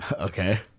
Okay